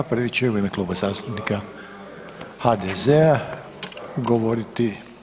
Prvi će u ime Kluba zastupnika HDZ-a govoriti.